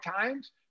times